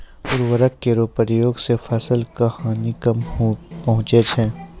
उर्वरक केरो प्रयोग सें फसल क हानि कम पहुँचै छै